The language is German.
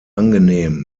angenehm